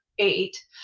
eight